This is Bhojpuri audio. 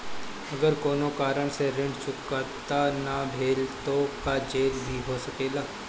अगर कौनो कारण से ऋण चुकता न भेल तो का जेल भी हो सकेला?